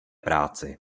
práci